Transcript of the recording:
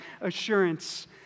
assurance